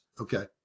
okay